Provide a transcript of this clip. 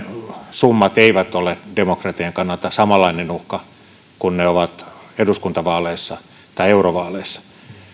summat eivät ole demokratian kannalta samanlainen uhka kuin ne ovat eduskuntavaaleissa tai eurovaaleissa